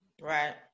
right